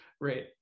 right